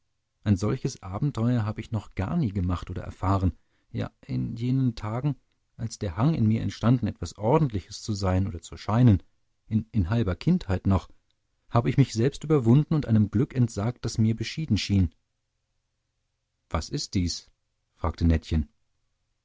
ein solches abenteuer habe ich noch gar nie gemacht oder erfahren ja in jenen tagen als der hang in mir entstanden etwas ordentliches zu sein oder zu scheinen in halber kindheit noch habe ich mich selbst überwunden und einem glück entsagt das mir beschieden schien was ist dies fragte nettchen